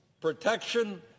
protection